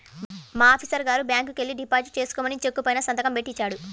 మా ఆఫీసరు గారు బ్యాంకుకెల్లి డిపాజిట్ చేసుకోమని చెక్కు పైన సంతకం బెట్టి ఇచ్చాడు